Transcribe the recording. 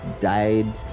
died